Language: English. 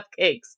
cupcakes